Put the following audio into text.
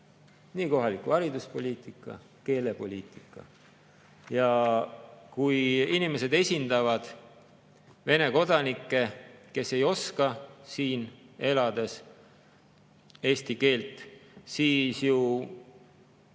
nii kohaliku hariduspoliitika kui ka keelepoliitika. Ja kui inimesed esindavad Vene kodanikke, kes ei oska siin elades eesti keelt, siis ju